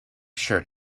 skirt